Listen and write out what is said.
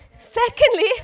Secondly